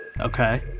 Okay